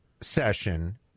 session